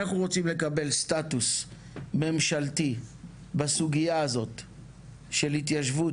אנחנו רוצים לקבל סטטוס ממשלתי בסוגיה הזו של התיישבות,